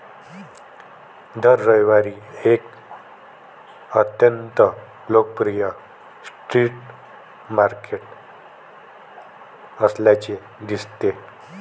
दर रविवारी एक अत्यंत लोकप्रिय स्ट्रीट मार्केट असल्याचे दिसते